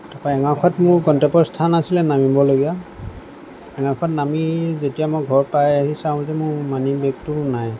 তাৰ পৰা এঙাৰখোৱাত মোৰ গন্তব্য স্থান আছিলে নামিবলগীয়া এঙাৰখোৱাত নামি যেতিয়া মই ঘৰ পাই আহি চাওঁ যে মোৰ মানিবেগটো নাই